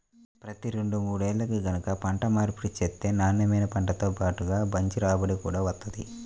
ప్రతి రెండు మూడేల్లకి గనక పంట మార్పిడి చేత్తే నాన్నెమైన పంటతో బాటుగా మంచి రాబడి గూడా వత్తది